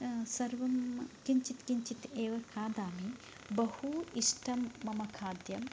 सर्वं किञ्चित् किञ्चित् एव खादामि बहु इष्टं मम खाद्यम्